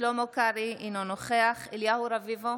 שלמה קרעי, אינו נוכח אליהו רביבו,